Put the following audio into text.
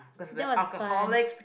that was fun